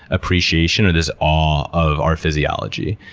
appreciation or this awe of our physiology.